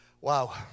wow